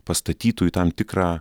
pastatytų į tam tikrą